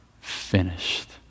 finished